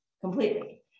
completely